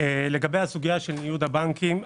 לגבי הסוגייה של ניוד הבנקים,